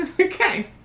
Okay